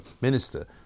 minister